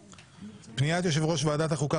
פניית יושב-ראש ועדת החוקה,